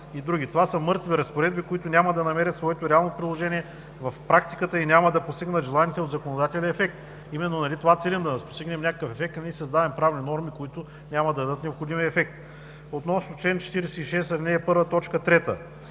Това са мъртви разпоредби, които няма да намерят своето реално приложение в практиката и няма да постигнат желания от законодателя ефект. Именно нали това целим – да постигнем някакъв ефект, а ние създаваме правни норми, които няма да дадат необходимия ефект. Относно чл. 46, ал. 1, т. 3.